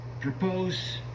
propose